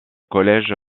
collège